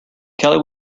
kelly